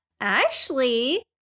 Ashley